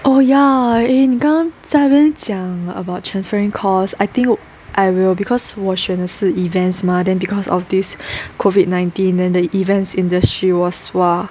oh ya eh 你刚才在那边讲 about transferring course I think I will because 我选的是 events mah then because of this COVID nineteen then the events industry was !wah!